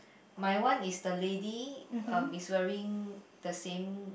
my one is the lady uh is wearing the same